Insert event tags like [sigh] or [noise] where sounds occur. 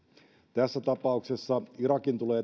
tässä tapauksessa irakin tulee [unintelligible]